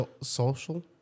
Social